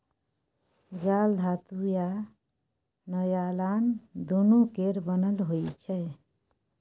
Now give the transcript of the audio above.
जाल धातु आ नॉयलान दुनु केर बनल होइ छै